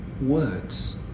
words